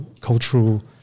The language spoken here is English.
cultural